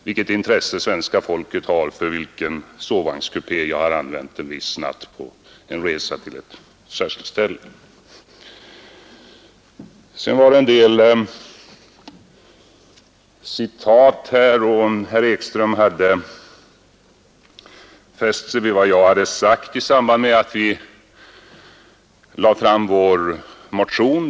Vilket intresse svenska folket har för vilken sovvagnskupé jag använt en viss natt på resa till en särskild plats återstår att se. Herr Ekström återgav en del citat. Herr Ekström hade fäst sig vid vad jag sade i samband med att vi lade fram vår motion.